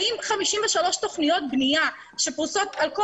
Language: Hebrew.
האם 53 תוכניות בנייה שפרוסות על כל